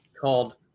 called